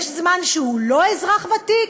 יש זמן שהוא לא אזרח ותיק?